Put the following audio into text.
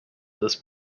this